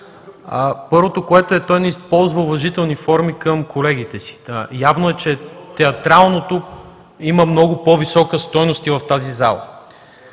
Първо, той не използва уважителни форми към колегите си. Явно е, че театралното има по-висока стойност и в тази зала.